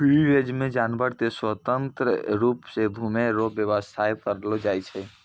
free range मे जानवर के स्वतंत्र रुप से घुमै रो व्याबस्था करलो जाय छै